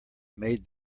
made